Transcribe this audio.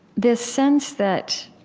this sense that,